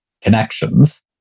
connections